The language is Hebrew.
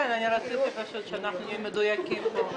פשוט רציתי שנהיה מדויקים פה.